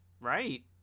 right